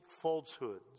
falsehoods